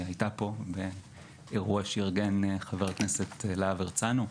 היא הייתה פה באירוע שארגן חבר הכנסת להב הרצנו.